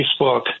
Facebook